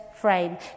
frame